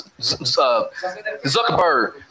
Zuckerberg